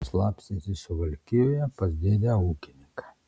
slapstėsi suvalkijoje pas dėdę ūkininką